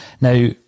Now